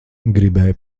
gribēja